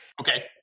okay